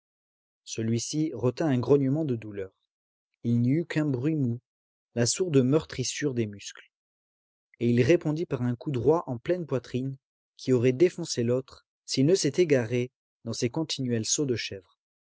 celui-ci retint un grognement de douleur il n'y eut qu'un bruit mou la sourde meurtrissure des muscles et il répondit par un coup droit en pleine poitrine qui aurait défoncé l'autre s'il ne s'était garé dans ses continuels sauts de chèvre